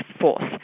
force